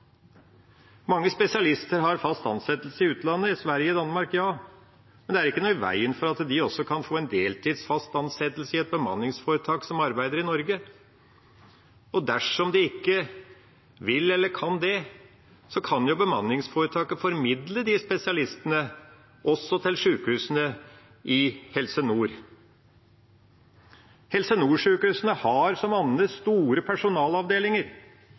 Mange spesialister har fast ansettelse i utlandet, i Sverige og Danmark, ja, men det er ikke noe i veien for at de kan få en deltidsfastansettelse i et bemanningsforetak som arbeider i Norge. Dersom de ikke vil eller kan det, kan bemanningsforetaket formidle spesialistene til sykehusene i Helse Nord. Helse Nord-sykehusene har, som andre, store personalavdelinger.